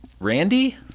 Randy